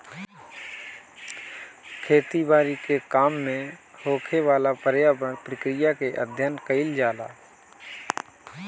खेती बारी के काम में होखेवाला पर्यावरण प्रक्रिया के अध्ययन कईल जाला